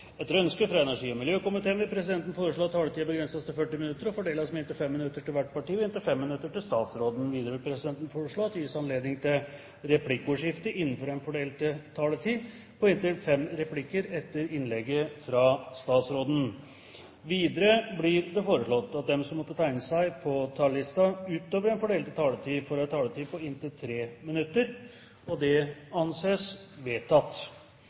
Etter ønske fra energi- og miljøkomiteen vil presidenten foreslå at taletiden begrenses til 40 minutter, og fordeles med inntil 5 minutter til hvert parti og inntil 5 minutter til statsråden. Videre vil presidenten foreslå at det gis anledning til replikkordskifte på inntil 5 replikker med svar etter innlegget til statsråden innenfor den fordelte taletid. Videre blir det foreslått at de som måtte tegne seg på talerlisten utover den fordelte taletid, får en taletid på inntil 3 minutter. – Det anses vedtatt. I dag skal energi- og